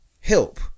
help